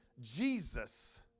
Jesus